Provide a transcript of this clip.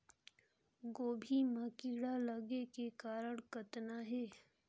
गोभी म कीड़ा लगे के कारण कतना हे?